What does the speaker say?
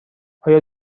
آیا